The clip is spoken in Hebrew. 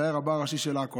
שהיה רבה הראשי של עכו.